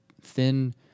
thin